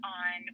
on